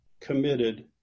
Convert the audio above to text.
committed